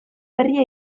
berria